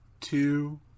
two